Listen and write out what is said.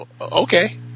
Okay